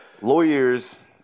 lawyers